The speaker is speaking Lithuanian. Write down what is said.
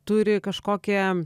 turi kažkokią